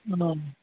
अह